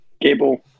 Gable